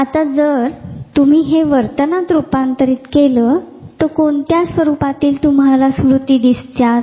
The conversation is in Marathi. आता जर तुम्ही हे वर्तनात रुपांतरीत केले तर कोणत्या स्वरूपातील स्मृती तुम्हाला दिसतात